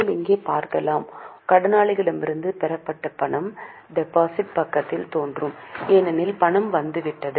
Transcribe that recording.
நீங்கள் இங்கே பார்க்கலாம் கடனாளர்களிடமிருந்து பெறப்பட்ட பணம் டெபிட் பக்கத்தில் தோன்றும் ஏனெனில் பணம் வந்துவிட்டது